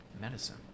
medicine